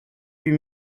huit